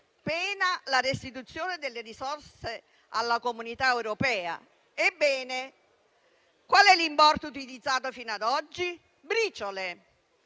pena la restituzione delle risorse alla Comunità europea. Ebbene, qual è l'importo utilizzato fino ad oggi? Briciole.